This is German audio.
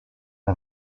der